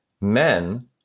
men